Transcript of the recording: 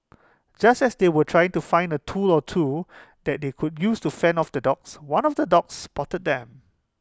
just as they were trying to find A tool or two that they could use to fend off the dogs one of the dogs spotted them